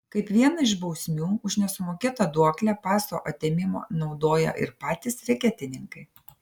kaip vieną iš bausmių už nesumokėtą duoklę paso atėmimą naudoja ir patys reketininkai